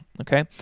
Okay